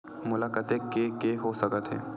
मोला कतेक के के हो सकत हे?